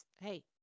hey